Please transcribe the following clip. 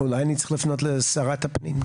אתה צריך לפנות או